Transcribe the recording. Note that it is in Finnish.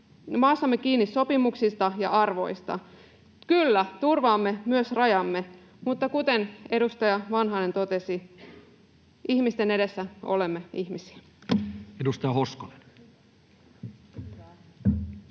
maassamme kiinni sopimuksista ja arvoista. Kyllä, turvaamme myös rajamme, mutta kuten edustaja Vanhanen totesi, ihmisten edessä olemme ihmisiä. [Speech